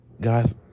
guys